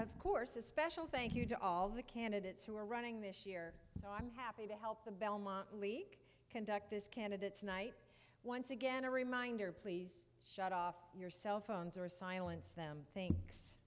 of course a special thank you to all the candidates who are running this year so i'm happy to help the belmont leak conduct this candidates night once again a reminder please shut off your cell phones or silence them thinks